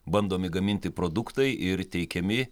bandomi gaminti produktai ir teikiami